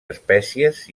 espècies